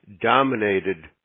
dominated